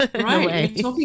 Right